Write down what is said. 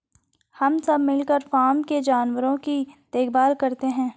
हम सब मिलकर फॉर्म के जानवरों की देखभाल करते हैं